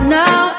now